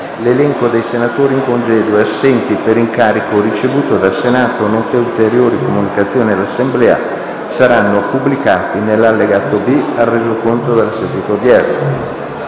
L'elenco dei senatori in congedo e assenti per incarico ricevuto dal Senato, nonché ulteriori comunicazioni all'Assemblea saranno pubblicati nell'allegato B al Resoconto della seduta odierna.